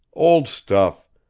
old stuff!